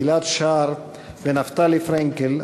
גיל-עד שער ונפתלי פרנקל,